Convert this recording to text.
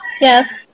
Yes